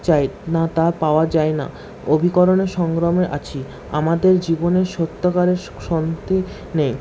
চাই না তা পাওয়া যায় না অভিকরণের সংগ্রামে আছি আমাদের জীবনের সত্যকারের শান্তি নেই